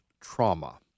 trauma